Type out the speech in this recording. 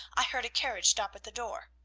i heard a carriage stop at the door.